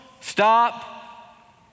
stop